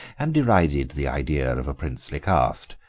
and derided the idea of a princely caste,